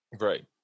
Right